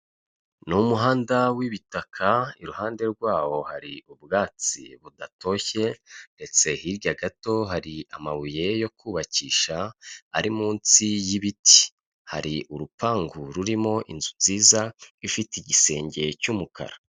Ni umuhanda w'ibitaka iruhande rwawo hari ubwatsi budatoshye ndetse hirya gato hari amabuye yo kubakisha ari munsi y'ibiti, hari urupangu rurimo inzu nziza ifite igisenge cy'umukara.